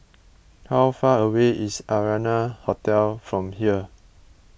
how far away is Arianna Hotel from here